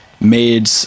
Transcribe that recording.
made